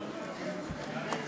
אדוני היושב-ראש,